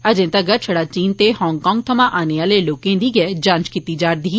अजें तगर छड़ा चीन ते हांगकांग थमां औने आहले लोकें दी गै जांच कीती जा'रदी ही